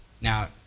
Now